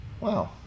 wow